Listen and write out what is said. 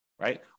right